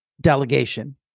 delegation